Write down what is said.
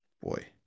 boy